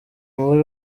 muri